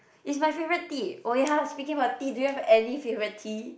is my favourite tea oh ya speaking about tea do you have any favourite tea